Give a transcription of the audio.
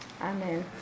Amen